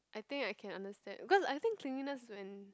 I think I can understand because I think clinginess when